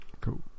Cool